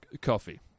coffee